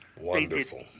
Wonderful